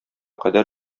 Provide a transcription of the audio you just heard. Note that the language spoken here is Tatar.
кадәр